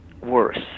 worse